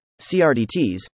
CRDTs